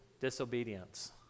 Disobedience